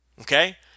Okay